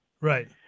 Right